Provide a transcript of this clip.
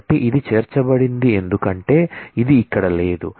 కాబట్టి ఇది చేర్చబడింది ఎందుకంటే ఇది ఇక్కడ లేదు